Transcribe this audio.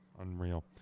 Unreal